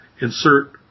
insert